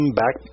back